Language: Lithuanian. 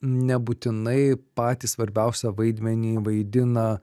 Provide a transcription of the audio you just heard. nebūtinai patį svarbiausią vaidmenį vaidina